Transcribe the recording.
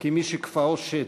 כמי שכפאו שד,